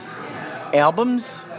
Albums